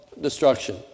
destruction